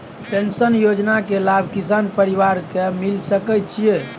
Pension योजना के लाभ किसान परिवार के मिल सके छिए?